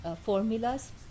formulas